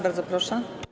Bardzo proszę.